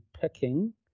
picking